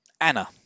Anna